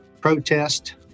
protest